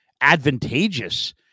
advantageous